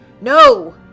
No